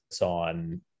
on